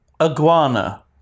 iguana